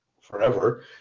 forever